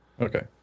Okay